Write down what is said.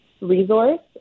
resource